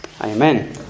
Amen